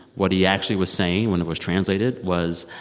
what he actually was saying, when it was translated, was,